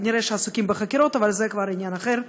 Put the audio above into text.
כנראה עסוקים בחקירות, אבל זה כבר עניין אחר.